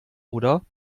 oder